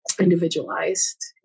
individualized